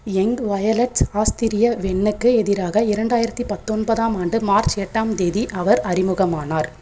எங் violets Austria வின்னுக்கு எதிராக இரண்டாயிரத்தி பத்தொன்பதாம் ஆண்டு மார்ச் எட்டாம் தேதி அவர் அறிமுகமானார்